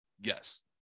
yes